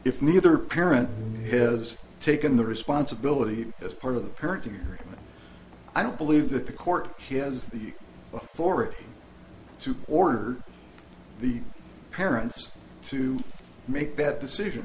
if neither parent has taken the responsibility as part of the parenting i don't believe that the court has the authority to order the parents to make bad decision